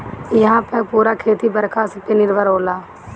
इहां पअ पूरा खेती बरखा पे निर्भर होला